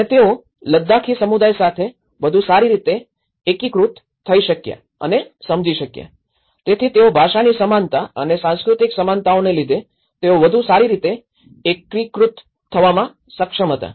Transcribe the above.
અને તેઓ લદાખી સમુદાય સાથે વધુ સારી રીતે એકીકૃત થઈ શક્યા અને સમજી શક્યા તેથી તેઓ ભાષાની સમાનતા અને સાંસ્કૃતિક સમાનતાઓને લીધે તેઓ વધુ સારી રીતે એકીકૃત થવામાં સક્ષમ હતા